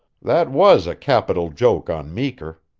that was a capital joke on meeker.